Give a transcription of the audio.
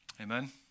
Amen